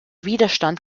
widerstand